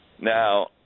Now